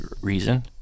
reason